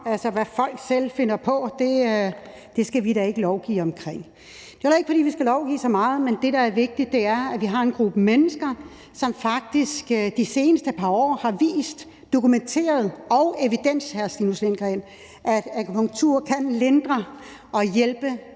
og hvad folk selv finder på, skal vi da ikke lovgive om. Det er heller ikke, fordi vi skal lovgive så meget, men det, der er vigtigt, er, at vi har en gruppe mennesker, som faktisk de seneste par år har vist og dokumenteret – evidens, hr. Stinus Lindgreen – at akupunktur kan lindre og hjælpe